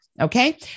Okay